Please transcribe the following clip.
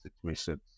situations